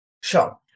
Sure